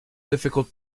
difficult